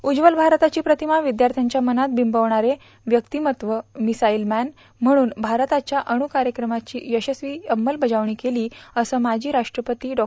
उज्वल भारताची प्रतिमा विद्यार्थ्यांच्या मनात विंबविणारे व्यक्तिमत्व मिसाईल मॅन म्हणून ज्यांनी भारताच्या अणूकार्यक्रमाची यशस्वीपणे अंमलबजावणी केली असे माजी राष्ट्रपती डॉ